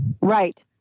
Right